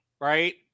right